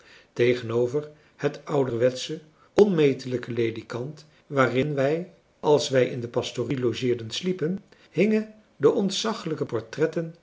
tegenover het ouderwetsche onmetelijke ledikant waarin wij als wij in de pastorie logeerden sliepen hingen de ontzaglijke portretten